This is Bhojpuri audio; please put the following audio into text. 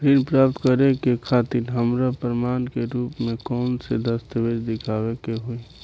ऋण प्राप्त करे के खातिर हमरा प्रमाण के रूप में कउन से दस्तावेज़ दिखावे के होइ?